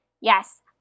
Yes